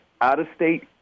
out-of-state